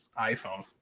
iPhone